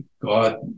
God